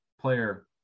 player